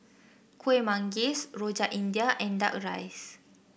Kueh Manggis Rojak India and duck rice